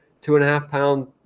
two-and-a-half-pound